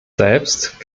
selbst